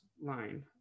line